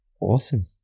Awesome